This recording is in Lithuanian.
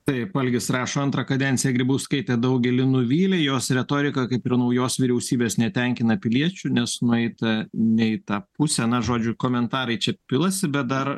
taip algis rašo antrą kadenciją grybauskaitė daugelį nuvylė jos retorika kaip ir naujos vyriausybės netenkina piliečių nes nueita ne į tą pusę na žodžiu komentarai čia pilasi bet dar